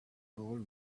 ball